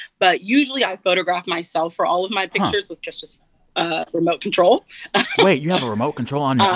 but usually, i photograph myself for all of my pictures with just just a remote control wait, you have a remote control on um